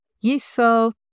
useful